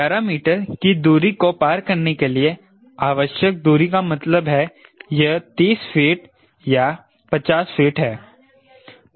11 metre की दूरी को पार करने के लिए आवश्यक दूरी का मतलब यह 30 फीट या 50 फीट है